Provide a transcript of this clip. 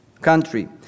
country